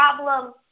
problem